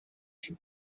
too